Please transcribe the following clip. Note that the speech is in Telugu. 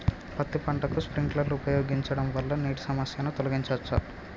పత్తి పంటకు స్ప్రింక్లర్లు ఉపయోగించడం వల్ల నీటి సమస్యను తొలగించవచ్చా?